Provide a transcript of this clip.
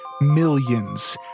millions